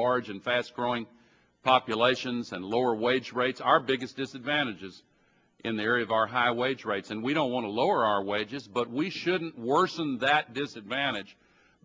large and fast growing populations and lower wage rates our biggest disadvantage is in the area of our high wage rights and we don't want to lower our wages but we shouldn't worsen that disadvantage